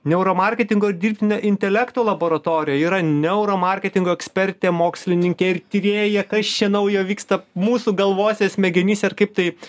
neuro marketingo ir dirbtinio intelekto laboratorijoj yra neuro marketingo ekspertė mokslininkė ir tyrėja kas čia naujo vyksta mūsų galvose smegenyse ir kaip tai